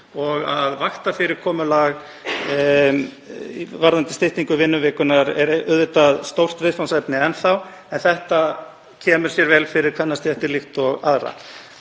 stytt. Vaktafyrirkomulag varðandi styttingu vinnuvikunnar er auðvitað stórt viðfangsefni enn þá, en þetta kemur sér vel fyrir kvennastéttir líkt og aðra.